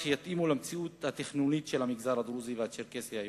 שיתאימו למציאות התכנונית של המגזר הדרוזי והצ'רקסי היום,